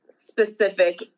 specific